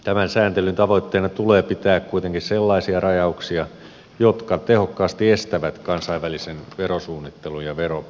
tämän sääntelyn tavoitteena tulee pitää kuitenkin sellaisia rajauksia jotka tehokkaasti estävät kansainvälisen verosuunnittelun ja veropaon